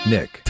Nick